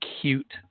cute